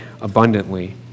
abundantly